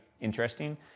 interesting